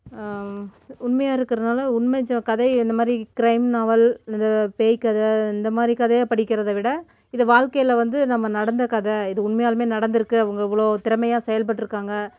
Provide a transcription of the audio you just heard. உண்மையா இருக்கிறனால உண்மைச்சோ கதை இந்த மாதிரி கிரைம் நாவல் இந்த பேய் கதை இந்த மாதிரி கதையை படிக்கிறத விட இது வாழ்க்கையில் வந்து நம்ம நடந்த கதை இது உண்மையாலுமே நடந்துருக்குது அவங்க இவ்வளோ திறமையாக செயல்பட்டுருக்காங்க